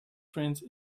french